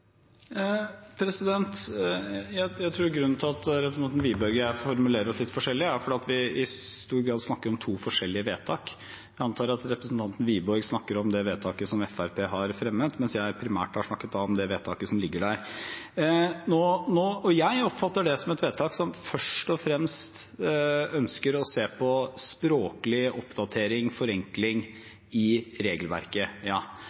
Jeg tror grunnen til at representanten Wiborg og jeg formulerer oss litt forskjellig, er at vi i stor grad snakker om to forskjellige vedtak. Jeg antar at representanten Wiborg snakker om det forslaget som Fremskrittspartiet har fremmet, mens jeg primært har snakket om det vedtaket som ligger der. Jeg oppfatter det som et vedtak som først og fremst ønsker å se på språklig oppdatering